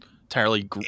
entirely